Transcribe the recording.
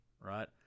right